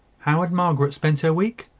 how had margaret spent her week?